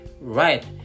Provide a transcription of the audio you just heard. right